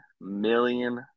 million